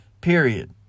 Period